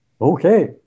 okay